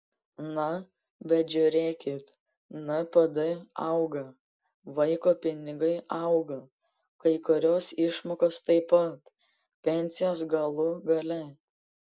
na bet žiūrėkit npd auga vaiko pinigai auga kai kurios išmokos taip pat pensijos galų gale